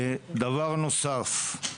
דבר נוסף,